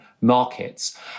markets